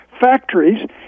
factories